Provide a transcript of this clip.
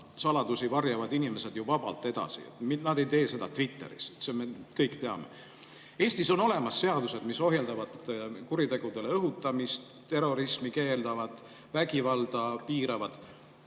saladusi varjavad inimesed ju vabalt edasi, nad ei tee seda Twitteris. Seda me kõik teame. Eestis on olemas seadused, mis ohjeldavad kuritegudele õhutamist, keelavad terrorismi, piiravad